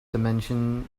dimension